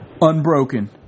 unbroken